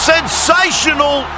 Sensational